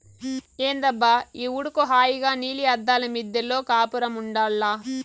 ఏందబ్బా ఈ ఉడుకు హాయిగా నీలి అద్దాల మిద్దెలో కాపురముండాల్ల